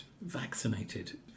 vaccinated